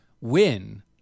win